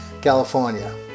california